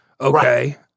okay